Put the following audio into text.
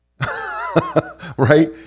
Right